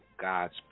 God's